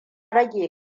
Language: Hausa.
rage